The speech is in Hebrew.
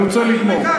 אני רוצה לגמור.